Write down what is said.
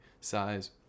size